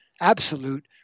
absolute